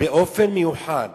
באופן מיוחד